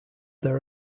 there